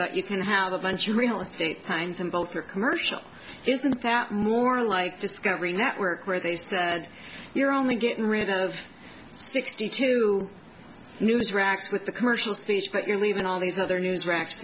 but you can have a bunch of real estate times and both are commercial isn't that more like discovery network where they said you're only getting rid of sixty two news racks with the commercial speech but you're leaving all these other news racks